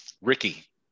Ricky